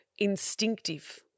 Instinctive